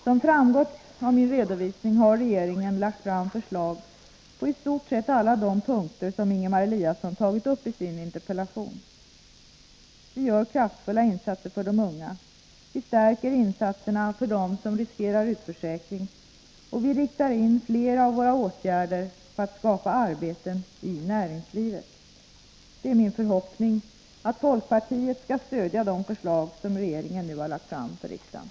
Som framgått av min redovisning har regeringen lagt fram förslag på i stort sett alla de punkter som Ingemar Eliasson tagit uppi sin interpellation. Vi gör kraftfulla satsningar för de unga, vi stärker insatserna för dem som riskerar utförsäkring, och vi riktar in flera av våra åtgärder på att skapa arbeten i näringslivet. Det är min förhoppning att folkpartiet skall stödja de förslag som regeringen nu har lagt fram för riksdagen.